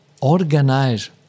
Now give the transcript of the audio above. organize